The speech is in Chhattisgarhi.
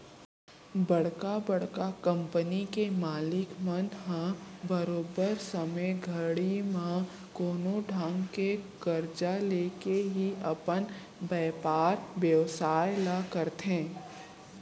बड़का बड़का कंपनी के मालिक मन ह बरोबर समे घड़ी म कोनो ढंग के करजा लेके ही अपन बयपार बेवसाय ल करथे